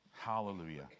Hallelujah